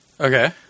Okay